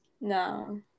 No